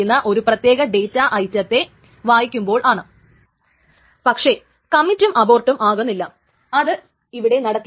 ഈ ഒരു ട്രാൻസാക്ഷനെ ആശ്രയിച്ചു നിൽക്കുന്ന മറ്റു ട്രാൻസാക്ഷനുകളും അതിന്റെ കൂടെ അബോർട്ട് ആകാം